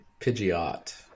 Pidgeot